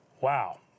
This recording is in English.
Wow